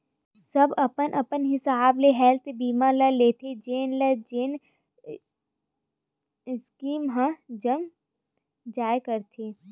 सब अपन अपन हिसाब ले हेल्थ बीमा ल लेथे जेन ल जेन स्कीम ह जम जाय करथे